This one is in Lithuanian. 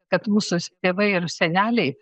kad mūsų tėvai ir seneliai